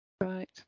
Right